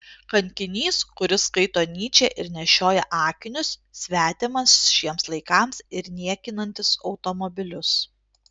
kankinys kuris skaito nyčę ir nešioja akinius svetimas šiems laikams ir niekinantis automobilius